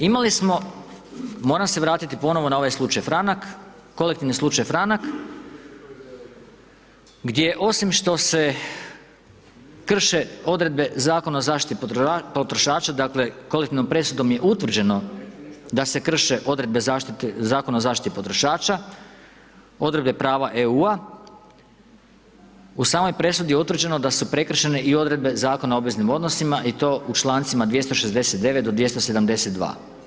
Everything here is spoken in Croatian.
Imali smo, moram se vratit ponovno na ovaj slučaj franak, kolektivni slučaj franak, gdje je osim što se krše odredbe Zakona o zaštiti potrošača, dakle, kolektivnom presudom je utvrđeno da se krše odredbe Zakona o zaštiti potrošača, odredbe prava EU, u samoj presudi je utvrđeno da su prekršene i odredbe Zakona o obveznim odnosima i to u čl. 269.-272.